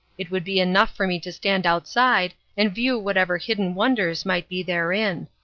it would be enough for me to stand outside and view whatever hidden wonders might be therein.